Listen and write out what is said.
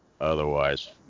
Otherwise